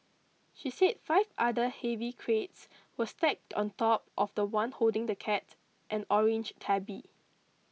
she said five other heavy crates were stacked on top of the one holding the cat an orange tabby